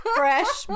fresh